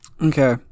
Okay